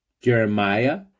Jeremiah